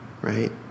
right